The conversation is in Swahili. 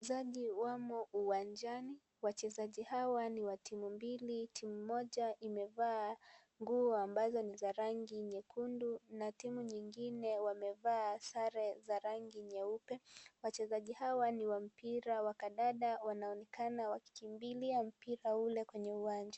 Wachezaji wamo uwanjani, wachezaji hawa ni wa timu mbili, timu moja imevaa nguo ambazo ni za rangi nyekundu na timu nyingine wamevaa sare za rangi nyeupe, wachezaji hawa ni wa mpira wa kandanda wanaonekana wakikimbilia mpira ule kwenye uwanja.